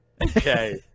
Okay